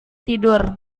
tidur